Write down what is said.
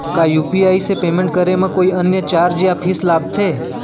का यू.पी.आई से पेमेंट करे म कोई अन्य चार्ज या फीस लागथे?